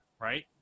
right